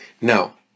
Now